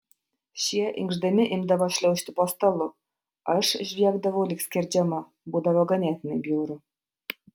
šie inkšdami imdavo šliaužti po stalu aš žviegdavau lyg skerdžiama būdavo ganėtinai bjauru